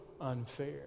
unfair